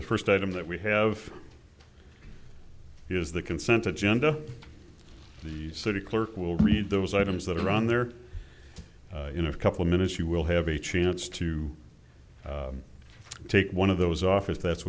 the first item that we have is the consent agenda the city clerk will read those items that are on there in a couple minutes you will have a chance to take one of those off as that's